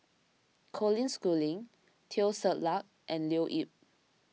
Colin Schooling Teo Ser Luck and Leo Yip